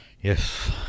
yes